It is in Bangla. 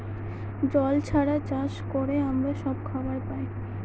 জল ছাড়া চাষ করে আমরা সব খাবার পায়